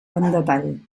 detall